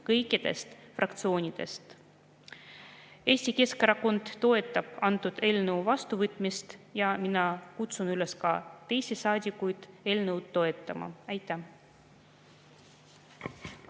kõikidest fraktsioonidest. Eesti Keskerakond toetab eelnõu vastuvõtmist ja mina kutsun üles ka teisi saadikuid eelnõu toetama. Aitäh!